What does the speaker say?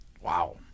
Wow